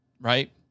right